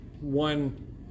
one